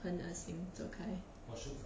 很恶心走开